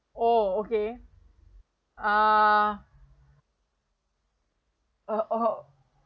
oh okay uh oh